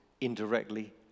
indirectly